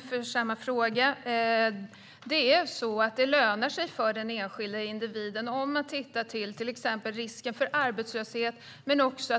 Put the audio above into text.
för samma fråga igen. Det är så att det lönar sig för den enskilda individen om vi ser till exempelvis risken för arbetslöshet. Man får också